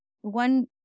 one